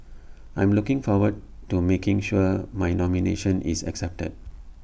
I'm looking forward to making sure my nomination is accepted